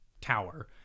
tower